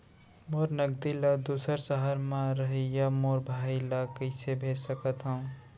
मोर नगदी ला दूसर सहर म रहइया मोर भाई ला कइसे भेज सकत हव?